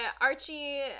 Archie